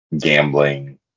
gambling